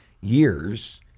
years